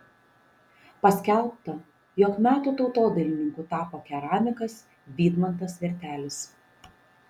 paskelbta jog metų tautodailininku tapo keramikas vydmantas vertelis